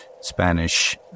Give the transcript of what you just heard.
Spanish